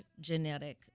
genetic